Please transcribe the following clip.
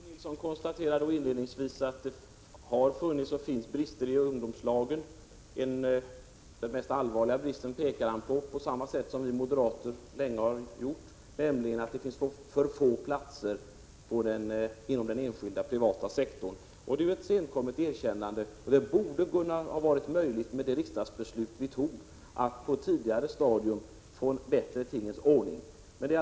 Fru talman! Bo Nilsson konstaterade inledningsvis att det har funnits och finns brister i ungdomslagen. Han pekar — som vi moderater länge har gjort — på att den mest allvarliga bristen är att det finns för få platser inom den privata sektorn. Detta är ett senkommet erkännande. Det borde, efter det riksdagsbeslut vi tog, ha varit möjligt att på ett tidigare stadium få en bättre tingens ordning till stånd.